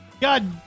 God